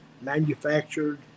manufactured